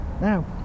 Now